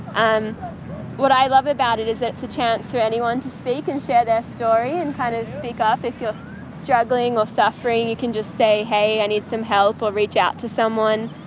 and what i love about it is it's a chance for anyone to speak and share their story and kind of speak up. if you're struggling or suffering you can just say, hey, i need some help, or reach out to someone,